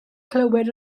clywed